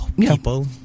people